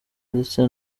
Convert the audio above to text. ndetse